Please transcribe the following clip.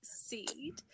seed